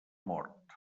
mort